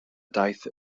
daith